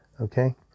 Okay